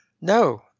No